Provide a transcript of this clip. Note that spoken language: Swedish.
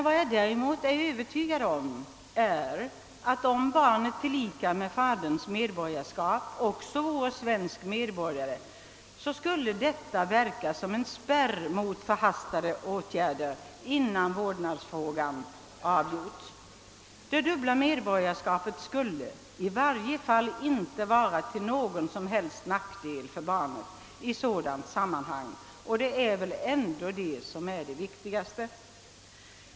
Vad jag däremot är övertygad om är att om barnet, förutom att det har faderns medborgarskap, också vore svensk medborgare, skulle detta verka som en spärr mot förhastade åtgärder innan vårdnadsfrågan avgjorts. Det dubbla medborgarskapet skulle i varje fall inte vara till någon som helst nackdel för barnet i sådant sammanhang, och det är väl ändå det viktigaste.